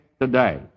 today